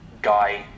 guy